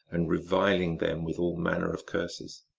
and reviling them with all manner of curses.